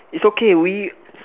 it's okay we